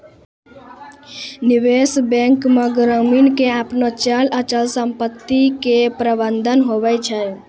निबेश बेंक मे ग्रामीण के आपनो चल अचल समपत्ती के प्रबंधन हुवै छै